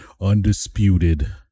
undisputed